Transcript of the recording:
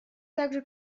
также